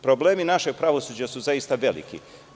Problemi našeg pravosuđa su zaista veliki.